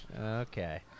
Okay